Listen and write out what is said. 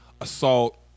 assault